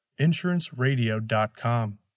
insuranceradio.com